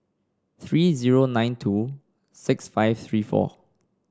three zero nine two six five three four